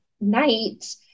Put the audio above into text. night